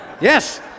yes